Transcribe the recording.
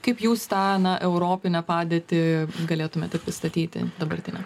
kaip jūs tą na europinę padėtį galėtumėte pristatyti dabartinę